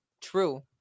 True